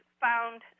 found